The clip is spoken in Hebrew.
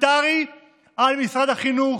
פרלמנטרי על משרד החינוך,